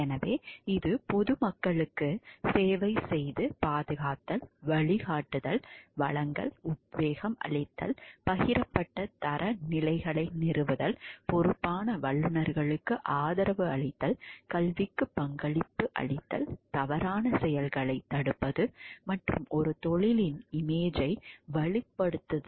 எனவே இது பொதுமக்களுக்கு சேவை செய்து பாதுகாத்தல் வழிகாட்டுதல் வழங்குதல் உத்வேகம் அளித்தல் பகிரப்பட்ட தரநிலைகளை நிறுவுதல் பொறுப்பான வல்லுநர்களுக்கு ஆதரவு அளித்தல் கல்விக்கு பங்களிப்பு செய்தல் தவறான செயல்களைத் தடுப்பது மற்றும் ஒரு தொழிலின் இமேஜை வலுப்படுத்துதல்